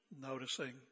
noticing